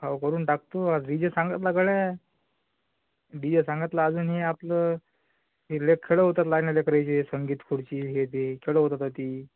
हो भरून टाकतो डी जे सांगितला गड्या डी जे सांगितला अजून हे आपलं ले खेळ होतात लहान्या लेकराचे संगीत खुर्ची हे ते खेळ होतात अती